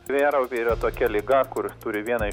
vėjaraupiai yra tokia liga kur turi vieną